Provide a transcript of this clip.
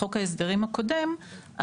בחוק ההסדרים הקודם,